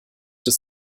des